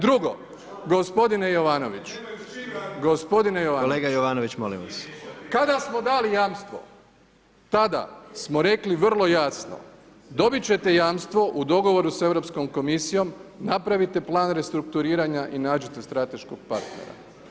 Drugo, gospodine Jovanoviću… ... [[Upadica: ne čuje se.]] Gospodine Jovanoviću [[Upadica Predsjednik: Kolega Jovanović, molim vas.]] Kada smo dali jamstvo, tada smo rekli vrlo jasno, dobit ćete jamstvo u dogovoru s Europskom komisijom napravite plan restrukturiranja i nađite strateškog partnera.